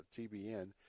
TBN